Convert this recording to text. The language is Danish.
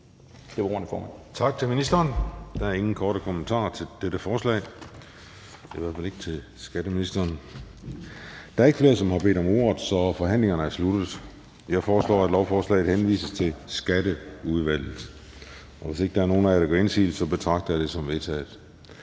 Tak til ministeren. Der er ikke flere korte bemærkninger til dette forslag, i hvert fald ikke til skatteministeren. Og da der ikke er flere, der har bedt om ordet, er forhandlingen sluttet. Jeg foreslår, at lovforslaget henvises til Skatteudvalget. Hvis ingen gør indsigelse, betragter jeg dette som vedtaget.